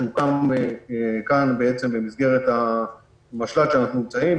שהוקם כאן במסגרת ה --- שאנחנו נמצאים,